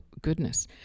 goodness